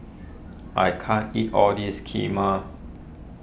I can't eat all this Kheema